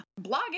Blogging